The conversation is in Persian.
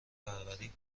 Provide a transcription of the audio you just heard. پروری